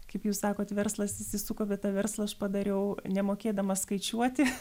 kaip jūs sakot verslas įsisuko bet tą verslą aš padariau nemokėdama skaičiuoti